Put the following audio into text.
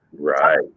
Right